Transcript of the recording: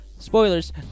Spoilers